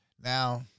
Now